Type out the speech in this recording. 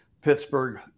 Pittsburgh